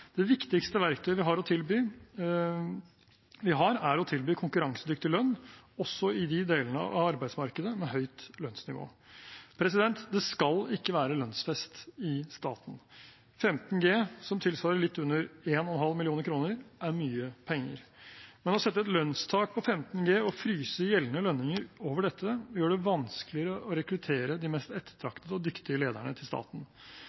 det viktigste verktøyet vi har, er å tilby konkurransedyktig lønn, også i de delene av arbeidsmarkedet med høyt lønnsnivå. Det skal ikke være en lønnsfest i staten. 15G, som tilsvarer litt under 1,5 mill. kr, er mye penger, men å sette et lønnstak på 15G og fryse gjeldende lønninger over dette gjør det vanskeligere å rekruttere de mest ettertraktede og dyktigste lederne til staten.